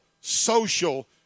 social